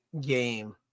game